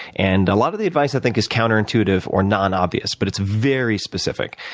and a lot of the advice i think is counterintuitive or non-obvious, but it's very specific